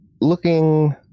looking